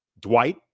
Dwight